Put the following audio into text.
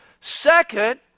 Second